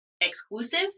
exclusive